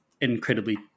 incredibly